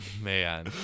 man